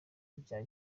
bya